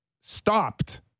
stopped